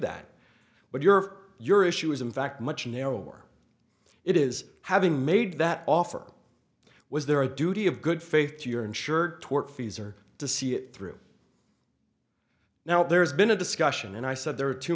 that but your or your issue is in fact much narrower it is having made that offer was there a duty of good faith to your insured tortfeasor to see it through now there's been a discussion and i said there are two